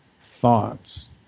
thoughts